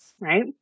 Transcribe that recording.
right